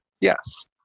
Yes